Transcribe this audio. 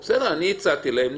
בסדר, אני הצעתי להם.